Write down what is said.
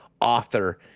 author